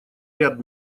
ряд